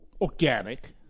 organic